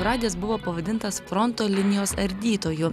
radijas buvo pavadintas fronto linijos ardytoju